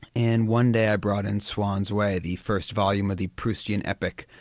and one day i brought in swann's way, the first volume of the proustian epic,